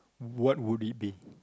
what would it be